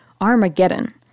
Armageddon